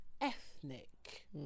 ethnic